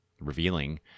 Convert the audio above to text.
revealing